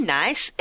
nice